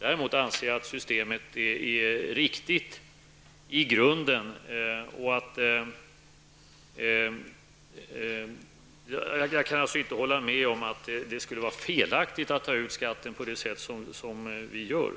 Däremot anser jag att systemet i grunden är riktigt. Jag kan alltså inte hålla med om att det skulle vara felaktigt att ta ut skatt på det sätt som görs.